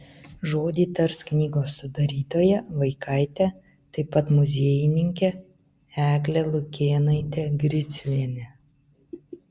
žodį tars knygos sudarytoja vaikaitė taip pat muziejininkė eglė lukėnaitė griciuvienė